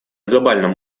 глобальном